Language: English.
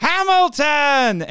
Hamilton